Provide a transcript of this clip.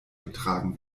getragen